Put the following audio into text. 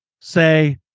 say